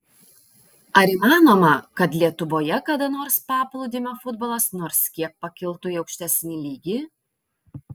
ar įmanoma kad lietuvoje kada nors paplūdimio futbolas nors kiek pakiltų į aukštesnį lygį